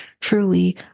truly